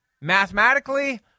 mathematically